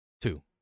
Two